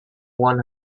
one